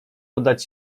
oddać